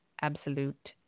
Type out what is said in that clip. absolute